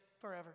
forever